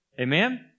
Amen